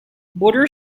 border